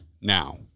Now